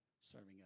Serving